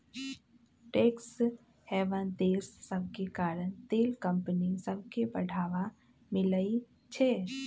tax haven देश सभके कारण तेल कंपनि सभके बढ़वा मिलइ छै